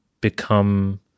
become